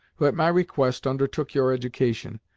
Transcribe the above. who, at my request, undertook your education,